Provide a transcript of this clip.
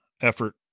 effort